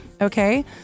okay